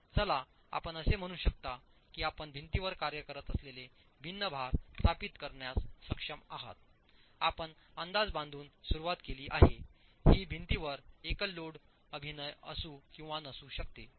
तर चला आपण असे म्हणू शकता की आपण भिंतीवर कार्य करत असलेले भिन्न भार स्थापित करण्यास सक्षम आहात आपण अंदाज बांधून सुरुवात केली आहेहेभिंतीवरएकललोड अभिनय असूकिंवा नसू शकते